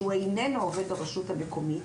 שהוא איננו עובד הרשות המקומית,